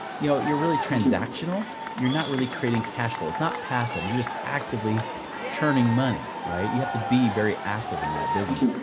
you know, you're really transactional. you're not really creating cash flow. it's not passive. you're just actively turning money. right? you have to be very active in that business.